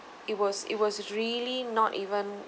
it was it was really not even